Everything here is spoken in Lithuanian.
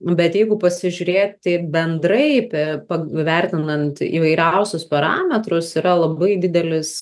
bet jeigu pasižiūrėt taip bendrai pe pag vertinant įvairiausius parametrus yra labai didelis